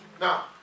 Now